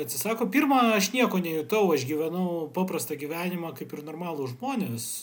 atsisako pirma aš nieko nejutau aš gyvenau paprastą gyvenimą kaip ir normalūs žmonės